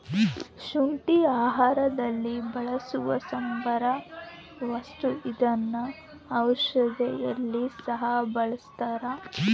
ಶುಂಠಿ ಆಹಾರದಲ್ಲಿ ಬಳಸುವ ಸಾಂಬಾರ ವಸ್ತು ಇದನ್ನ ಔಷಧಿಯಲ್ಲಿ ಸಹ ಬಳಸ್ತಾರ